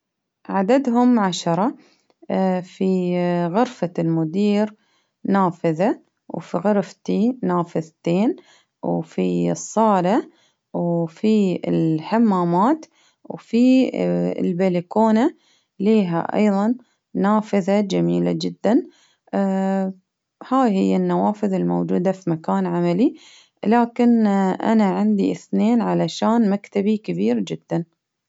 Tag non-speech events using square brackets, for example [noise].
عددهم عشرة [hesitation] في اي-غرفة المدير نافذة ،وفي غرفتي نافذتين، وفي الصالة، وفي الحمامات، وفي [hesitation] البلكونة ليها أيظا نافذة جميلة جدا، [hesitation] هاي هي النوافذ الموجودة في مكان عملي، لكن [hesitation] أنا عندي اثنين علشان مكتبي كبير جدا.